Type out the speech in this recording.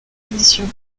édition